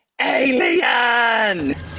ALIEN